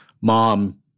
Mom